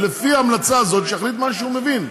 ולפי ההמלצה הזאת שיחליט מה שהוא מבין.